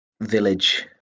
village